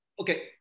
okay